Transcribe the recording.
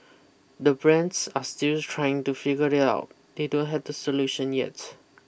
the brands are still trying to figure it out they don't have the solution yet